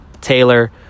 Taylor